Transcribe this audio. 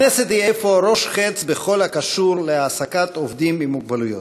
הכנסת היא אפוא ראש חץ בכל הקשור להעסקת עובדים עם מוגבלות.